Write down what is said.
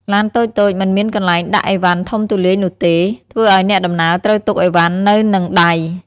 ឡានតូចៗមិនមានកន្លែងដាក់ឥវ៉ាន់ធំទូលាយនោះទេ ធ្វើឱ្យអ្នកដំណើរត្រូវទុកឥវ៉ាន់នៅនឹងដៃ។